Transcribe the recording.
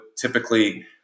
typically